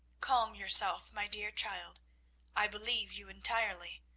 calm yourself, my dear child i believe you entirely.